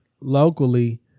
locally